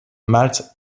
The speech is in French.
malte